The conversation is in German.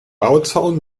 bauzaun